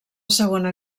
segona